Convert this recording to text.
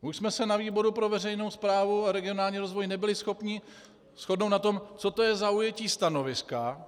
My už jsme se na výboru pro veřejnou správu a regionální rozvoj nebyli schopni shodnout na tom, co to je zaujetí stanoviska.